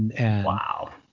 Wow